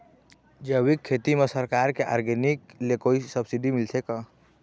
जैविक खेती म सरकार के ऑर्गेनिक ले कोई सब्सिडी मिलथे का?